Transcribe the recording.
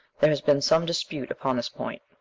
there has been some dispute upon this point.